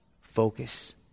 focus